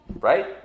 right